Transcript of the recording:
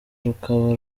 rukaba